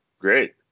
Great